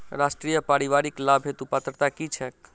राष्ट्रीय परिवारिक लाभ हेतु पात्रता की छैक